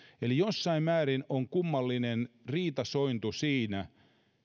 eli jossain määrin on kummallinen riitasointu siinä